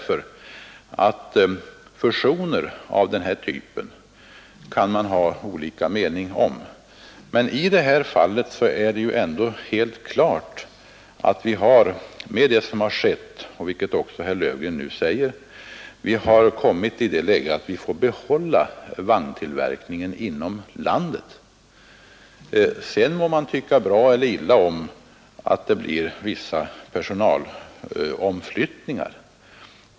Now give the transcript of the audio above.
Fusioner av denna typ kan man ha olika mening om, men i detta fall är det helt klart — även herr Löfgren bekräftade det nu — att vi på grund av denna transaktion får behålla vagntillverkningen inom landet. Sedan må man tycka bra eller illa om att det blir vissa personalomflyttningar.